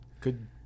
Good